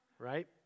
Right